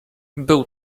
był